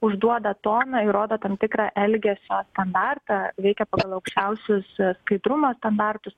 užduoda toną ir rodo tam tikrą elgesio standartą veikia aukščiausius skaidrumo standartus